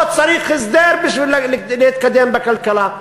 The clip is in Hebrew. לא צריך הסדר בשביל להתקדם בכלכלה.